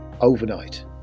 overnight